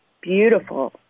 beautiful